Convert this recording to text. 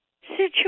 situation